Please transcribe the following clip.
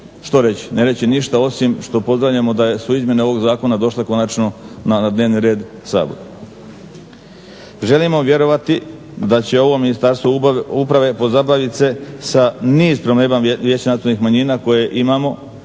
Što reći? Ne reći ništa, osim što pozdravljamo da su izmjene ovog Zakona došle konačno na dnevni red Sabora. Želimo vjerovati da će ovo Ministarstvo uprave pozabaviti se sa niz problema Vijeća nacionalnih manjina koje imamo